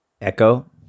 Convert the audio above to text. Echo